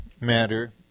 matter